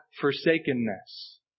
forsakenness